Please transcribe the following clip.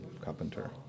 carpenter